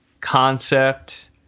concept